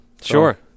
Sure